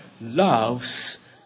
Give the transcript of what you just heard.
loves